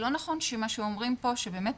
זה לא נכון מה שאומרים פה על משרד הבריאות,